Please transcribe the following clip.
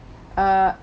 err